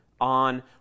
on